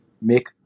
make